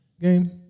Game